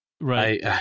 Right